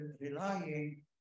relying